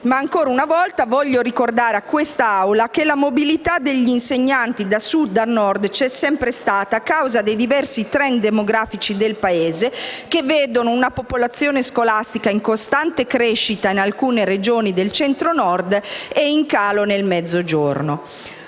Ancora una volta voglio ricordare a questa Assemblea che la mobilità degli insegnanti da Sud a Nord c'è sempre stata, a causa dei diversi *trend* demografici del Paese che vedono una popolazione scolastica in costante crescita in alcune Regioni del Centro Nord e in calo nel Mezzogiorno.